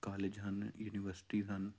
college ਹਨ universities ਹਨ